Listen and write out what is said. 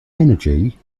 energy